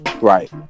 Right